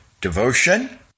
devotion